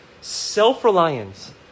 self-reliance